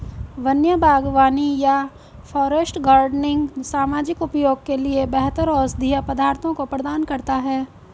वन्य बागवानी या फॉरेस्ट गार्डनिंग सामाजिक उपयोग के लिए बेहतर औषधीय पदार्थों को प्रदान करता है